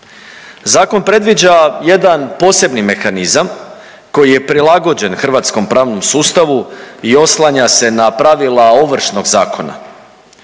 Zakon predviđa jedan posebni mehanizam koji je prilagođen hrvatskom pravnom sustavu i oslanja se na pravila Ovršnog zakona,